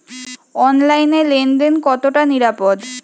অনলাইনে লেন দেন কতটা নিরাপদ?